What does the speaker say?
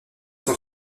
son